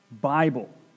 Bible